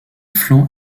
flanc